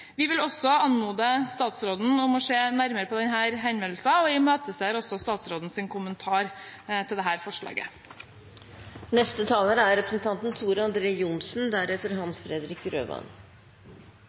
Vi vil også anmode statsråden om å se nærmere på denne henvendelsen og imøteser også statsrådens kommentar til dette forslaget. Representanten Karianne Tung har tatt opp det